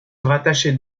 rattachait